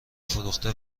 فروخته